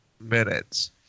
minutes